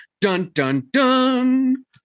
dun-dun-dun